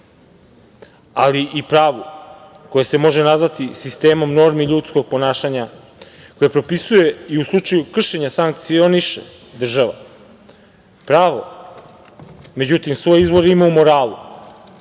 ali i pravu koje se može nazvati sistemi normi ljudskog ponašanja koja propisuje i u slučaju kršenja, sankcioniše država, pravo. Međutim svoj izvor ima u moralu,